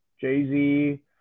jay-z